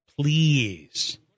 Please